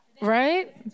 Right